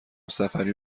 سفری